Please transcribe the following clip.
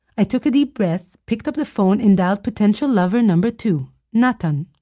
i took a deep breath, picked up the phone and dialed potential-lover-number-two natan.